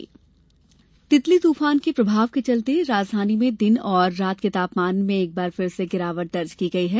मौसम तितली तूफान के प्रभाव के चलते राजधानी में दिन और रात के तापमान में एक बार फिर से गिरावट दर्ज की गई है